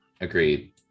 Agreed